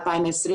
2020,